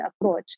approach